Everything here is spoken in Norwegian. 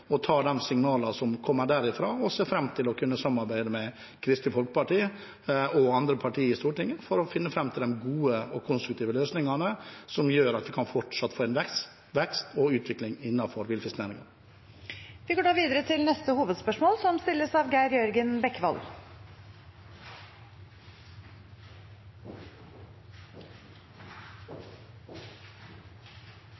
og tar de signalene som kommer derifra, og ser fram til å kunne samarbeide med Kristelig Folkeparti og andre partier i Stortinget for å finne fram til de gode og konstruktive løsningene som gjør at vi fortsatt kan få en vekst og utvikling innenfor villfisknæringen. Vi går videre til neste hovedspørsmål.